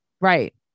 Right